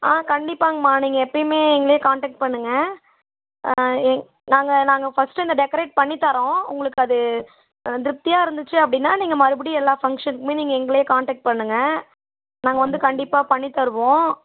ஆ கண்டிப்பாங்கம்மா நீங்கள் எப்போயுமே எங்களையே காண்டாக்ட் பண்ணுங்க நாங்கள் நாங்கள் ஃபஸ்ட்டு இந்த டெக்கரேட் பண்ணித்தரோம் உங்களுக்கு அது திருப்தியாக இருந்துச்சு அப்படின்னா நீங்கள் மறுபடியும் எல்லா ஃபங்ஷனுக்குமே நீங்கள் எங்களையே காண்டாக்ட் பண்ணுங்க நாங்கள் வந்து கண்டிப்பாக பண்ணி தருவோம்